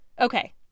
Okay